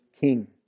king